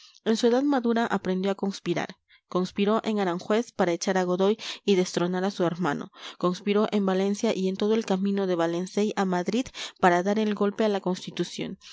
en su edad madura aprendió a conspirar conspiró en aranjuez para echar a godoy y destronar a su hermano conspiró en valencia y en todo el camino de valencey a madrid para dar el golpe a la constitución